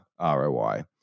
ROI